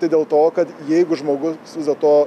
tai dėl to kad jeigu žmogus vis dėlto